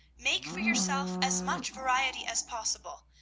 make for yourself as much variety as possible.